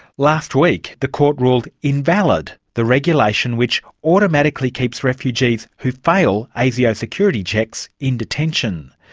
last week the court ruled invalid the regulation which automatically keeps refugees who fail asio security checks in detention,